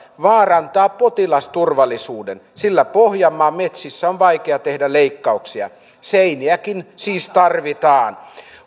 vaarantaa potilasturvallisuuden sillä pohjanmaan metsissä on vaikea tehdä leikkauksia seiniäkin siis tarvitaan